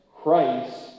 Christ